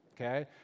okay